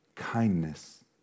Kindness